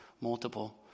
multiple